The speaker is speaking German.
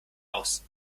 aus